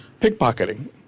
pickpocketing